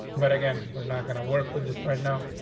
but again, we're not going to work with this right now,